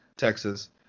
texas